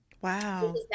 Wow